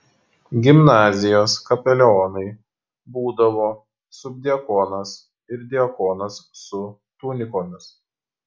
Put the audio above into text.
gimnazijos kapelionai būdavo subdiakonas ir diakonas su tunikomis